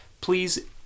please